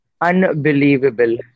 unbelievable